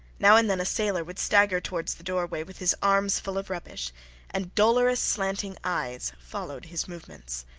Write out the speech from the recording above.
now and then a sailor would stagger towards the doorway with his arms full of rubbish and dolorous, slanting eyes followed his movements.